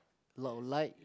lot of like